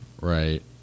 Right